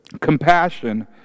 compassion